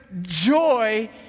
joy